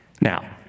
Now